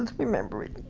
ah remembering.